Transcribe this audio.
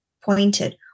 pointed